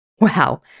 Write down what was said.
Wow